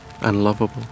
unlovable